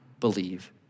believe